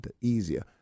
easier